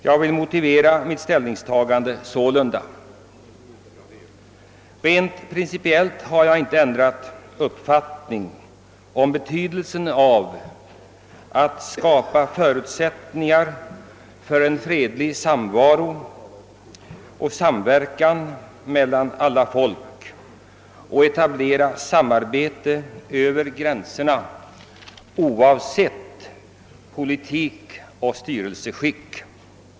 Jag vill motivera detta mitt ställningstagande på följande sätt. Rent principiellt har jag inte ändrat uppfattning om betydelsen av att skapa förutsättningar för en fredlig samvaro och samverkan mellan olika folk och att etablera samarbete över gränserna oavsett politiskt system och styrelseskick.